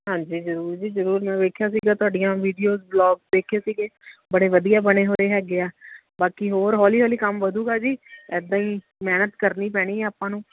ਹਾਂਜੀ ਜ਼ਰੂਰ ਜੀ ਜ਼ਰੂਰ ਮੈਂ ਵੇਖਿਆ ਸੀਗਾ ਤੁਹਾਡੀਆਂ ਵੀਡੀਓਜ ਵਲੋਗ ਦੇਖੇ ਸੀਗੇ ਬੜੇ ਵਧੀਆ ਬਣੇ ਹੋਏ ਹੈਗੇ ਆ ਬਾਕੀ ਹੋਰ ਹੌਲੀ ਹੌਲੀ ਕੰਮ ਵਧੇਗਾ ਜੀ ਇੱਦਾਂ ਹੀ ਮਿਹਨਤ ਕਰਨੀ ਪੈਣੀ ਆਪਾਂ ਨੂੰ